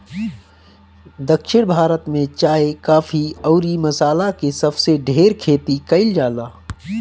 दक्षिण भारत में चाय, काफी अउरी मसाला के सबसे ढेर खेती कईल जाला